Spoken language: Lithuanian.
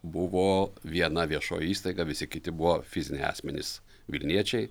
buvo viena viešoji įstaiga visi kiti buvo fiziniai asmenys vilniečiai